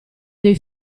dei